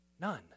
None